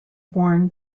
worn